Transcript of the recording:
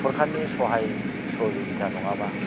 सरकारनि सहाय सह'जुगिथा नङाबा